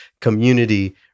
community